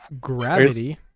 Gravity